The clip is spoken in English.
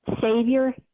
savior